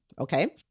Okay